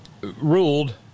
ruled